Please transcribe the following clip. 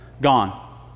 Gone